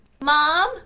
Mom